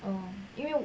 嗯因为我